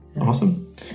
Awesome